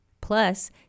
Plus